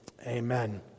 amen